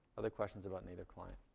other questions about native client.